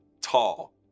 tall